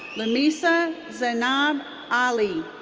lamisa zainab ali.